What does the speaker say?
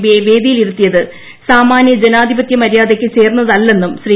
പിയെ വേദിയിലിരുത്തിയത് സ്മാന്നു ജനാധിപത്യ മര്യാദയ്ക്ക് ചേർന്നതല്ലെന്നും ശ്രീ